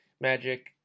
Magic